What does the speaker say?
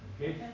okay